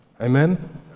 Amen